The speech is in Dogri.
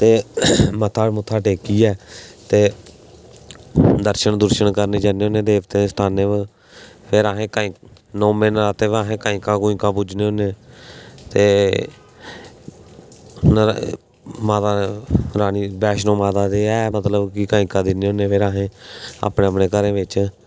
ते मत्था टेकियै ते दर्शन करने गी जन्ने होन्ने देवतें दे स्थानें पर ते नौमें नरातें पर अस कंजकां पुज्जने होन्ने ते माता रानी ते माता वैश्नो ते हैन मतलब कि अस कंजकां पुज्जने होन्ने अपने अपने घरें च